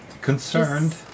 Concerned